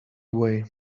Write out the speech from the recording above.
way